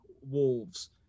Wolves